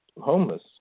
homeless